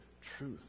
truth